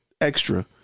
extra